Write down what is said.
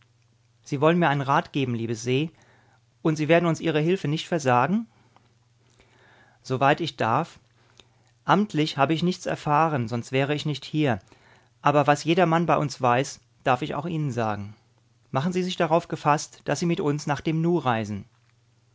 sie wollen mir einen rat geben liebe se und sie werden uns ihre hilfe nicht versagen soweit ich darf amtlich habe ich nichts erfahren sonst wäre ich nicht hier aber was jedermann bei uns weiß darf ich auch ihnen sagen machen sie sich darauf gefaßt daß sie mit uns nach dem nu reisen